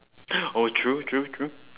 oh true true true